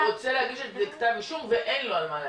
רוצה להגיש את זה בכתב אישום ואין לו על מה להגיש.